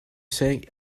say